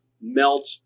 melt